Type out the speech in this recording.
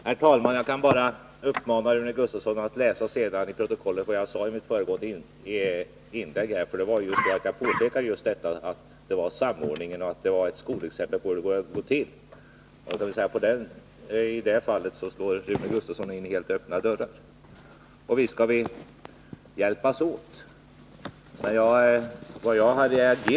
Herr talman! Jag kan bara uppmana Rune Gustavsson att läsa i protokollet vad jag sade i mitt föregående inlägg. Beträffande Lv 4 påpekade jag just att det var samordning och ett skolexempel på hur det bör gå till. I det fallet slår Rune Gustavsson in helt öppna dörrar. Visst skall vi hjälpas åt.